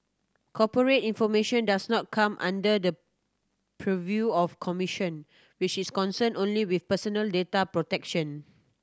corporate information does not come under the purview of commission which is concerned only with personal data protection